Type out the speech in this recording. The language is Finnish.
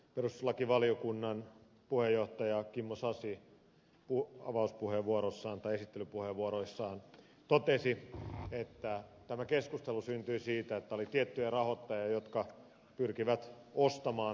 perustuslakivaliokunnan puheenjohtaja kimmo sasi esittelypuheenvuorossaan totesi että tämä keskustelu syntyi siitä että oli tiettyjä rahoittajia jotka pyrkivät ostamaan valtaa